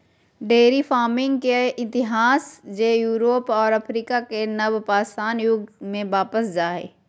dairy farming के इतिहास जे यूरोप और अफ्रीका के नवपाषाण युग में वापस जा हइ